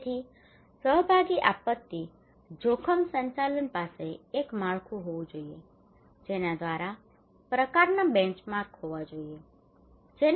તેથી સહભાગી આપત્તિ જોખમ સંચાલન પાસે એક માળખું હોવું જોઈએ જેના દ્વારા પ્રકારનાં બેંચમાર્ક હોવો જોઈએ